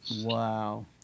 Wow